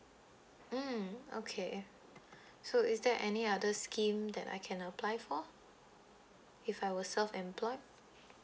mm okay so is there any other scheme that I can apply for if I was self employed